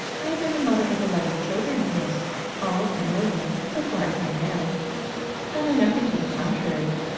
i have been the mother of eleven children, miss, all of them living, so far as i know i know nothing to the contrary.